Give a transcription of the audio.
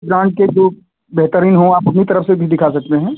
जान कर जो बेहतरीन हों आप अपनी तरफ से भी दिखा सकते हैं